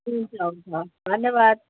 हुन्छ हुन्छ हस् धन्यवाद